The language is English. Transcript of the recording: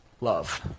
love